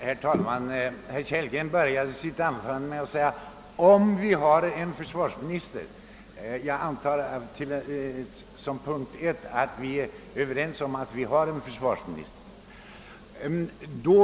Herr talman! Herr Kellgren använde i början av sitt anförande uttrycket »om vi har en försvarsminister». Jag utgår ifrån att vi är överens om att vi har en försvarsminister.